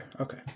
Okay